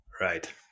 Right